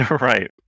Right